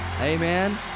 Amen